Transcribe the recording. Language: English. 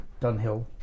Dunhill